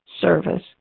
service